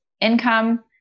income